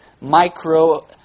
micro